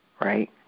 right